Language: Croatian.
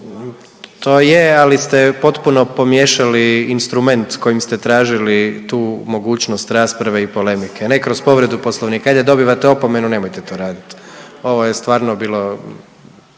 to je, ali ste potpuno pomiješali instrument kojim ste tražili tu mogućnost rasprave i polemike. Ne kroz povredu Poslovnika, ajde dobivate opomenu, nemojte to raditi. Ovo je stvarno bilo